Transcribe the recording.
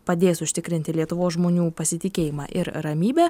padės užtikrinti lietuvos žmonių pasitikėjimą ir ramybę